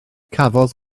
cafodd